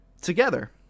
together